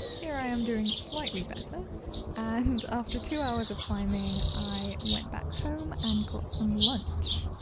here i am doing slightly better and after two hours of climbing, i went back home and got some lunch.